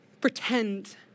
pretend